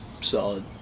Solid